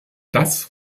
das